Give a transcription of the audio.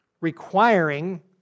requiring